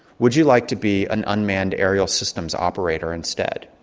would you like to be an unmanned aerial systems operator instead?